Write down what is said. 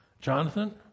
Jonathan